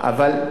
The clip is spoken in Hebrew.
באוהל,